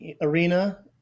arena